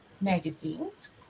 magazines